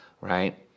right